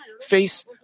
face